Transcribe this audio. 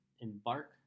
embark